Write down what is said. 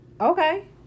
Okay